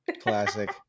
Classic